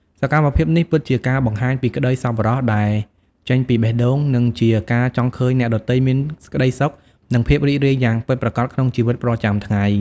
សកម្មភាពនេះពិតជាការបង្ហាញពីក្តីសប្បុរសដែលចេញពីបេះដូង និងជាការចង់ឃើញអ្នកដទៃមានក្តីសុខនិងភាពរីករាយយ៉ាងពិតប្រាកដក្នុងជីវិតប្រចាំថ្ងៃ។